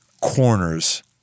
corners